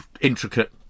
intricate